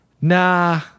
nah